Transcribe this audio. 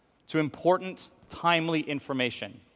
to important, timely information,